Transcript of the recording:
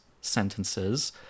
sentences